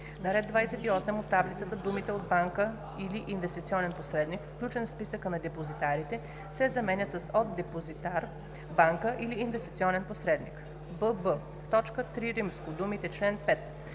на ред 28 от таблицата думите „от банка или инвестиционен посредник, включени в списъка на депозитарите” да се заменят с „от депозитар – банка или инвестиционен посредник”; бб) в т. III думите „чл. 5“